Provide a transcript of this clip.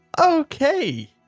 Okay